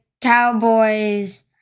Cowboys